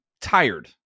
tired